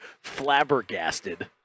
flabbergasted